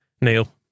Neil